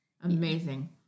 Amazing